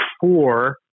four